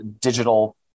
digital